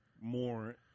more